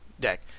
deck